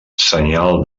senyal